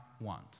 want